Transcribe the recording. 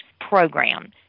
program